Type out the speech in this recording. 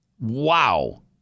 Wow